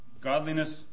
Godliness